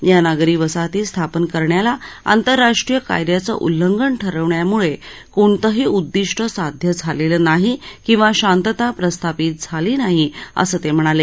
या नागरी वसाहती स्थापन करण्याला आंतरराष्ट्रीय कायद्याचं उल्लंघन ठरवण्यामुळे कोणतंही उद्दिष्ट साध्य झालेलं नाही किंवा शांतता प्रस्थापित झाली नाही असं ते म्हणाले